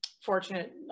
fortunate